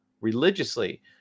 religiously